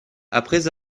après